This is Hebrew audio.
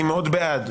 אני מאוד בעד.